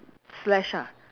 slash ha